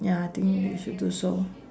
ya I think you should do so